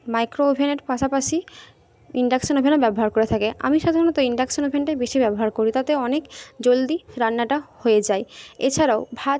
মাইক্রোওভেনের পাশাপাশি ইন্ডাকশন ওভেনও ব্যবহার করে থাকে আমি সাধারণত ইন্ডাকশন ওভেনটাই বেশি ব্যবহার করি তাতে অনেক জলদি রান্নাটা হয়ে যায় এছাড়াও ভাত